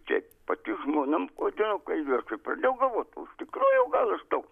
čia pati žmona kodėl kalbi aš ir pradėjau galvoti iš tikrųjų gal aš toks